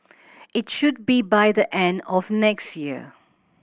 it should be by the end of next year